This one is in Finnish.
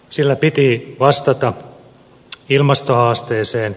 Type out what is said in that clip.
sillä piti vastata ilmastohaasteeseen